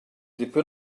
dipyn